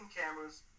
cameras